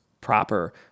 proper